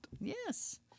Yes